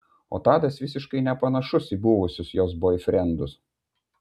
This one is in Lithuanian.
o tadas visiškai nepanašus į buvusius jos boifrendus